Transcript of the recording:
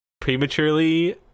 prematurely